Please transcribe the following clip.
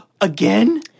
again